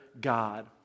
God